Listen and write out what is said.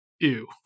ew